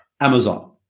Amazon